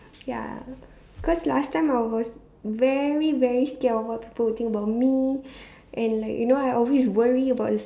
ya cause last time I was very very scared about what people would think about me and like you know I always worry about the